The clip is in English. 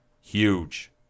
Huge